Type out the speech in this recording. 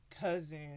cousin